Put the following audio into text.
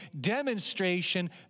demonstration